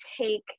take